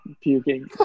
puking